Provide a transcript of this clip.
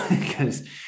because-